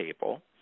table